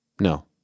No